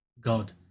God